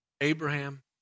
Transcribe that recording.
Abraham